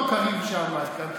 בשבוע שעבר אותו קריב שעמד כאן,